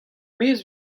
maez